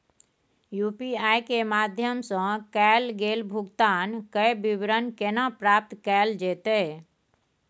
UPI के माध्यम सं कैल गेल भुगतान, के विवरण केना प्राप्त कैल जेतै?